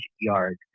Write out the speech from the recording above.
yard